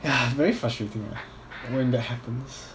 ya very frustrating when that happens